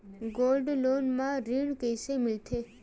Gold loan म ऋण कइसे मिलथे?